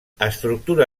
estructura